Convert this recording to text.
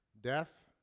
death